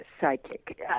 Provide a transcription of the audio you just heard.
psychic